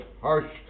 harsh